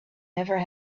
never